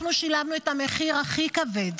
אנחנו שילמנו את המחיר הכי כבד.